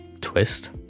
twist